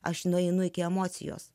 aš nueinu iki emocijos